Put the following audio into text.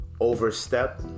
overstep